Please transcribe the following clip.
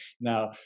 Now